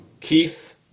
Keith